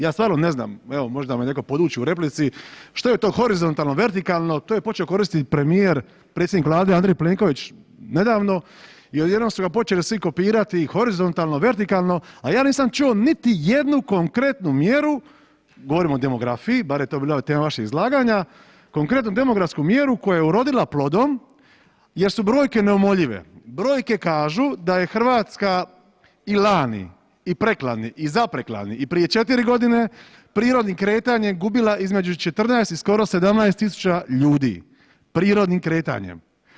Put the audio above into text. Ja stvarno ne znam, evo možda me netko poduči u replici što je to horizontalno, vertikalno, to je počeo koristiti premijer predsjednik Vlade nedavno i odjednom su ga počeli svi kopirati horizontalno, vertikalno, a ja nisam čuo niti jednu konkretnu mjeru govorim o demografiji bar je to bila tema vašeg izlaganja, konkretnu demografsku mjeru koja je urodila plodom jer su brojke neumoljive, brojke kažu da je Hrvatska i lani i preklani i zapreklani i prije 4 godine prirodnim kretanjem gubila između 14 i skoro 17.000 ljudi, prirodnim kretanjem.